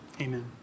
Amen